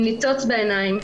עם ניצוץ בעיניים,